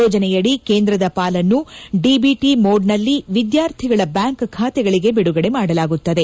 ಯೋಜನೆಯಡಿ ಕೇಂದ್ರದ ಪಾಲನ್ನು ಡಿಬಿಟಿ ಮೋಡ್ನಲ್ಲಿ ವಿದ್ಯಾರ್ಥಿಗಳ ಬ್ಯಾಂಕ್ ಖಾತೆಗಳಿಗೆ ಬಿದುಗಡೆ ಮಾಡಲಾಗುತ್ತದೆ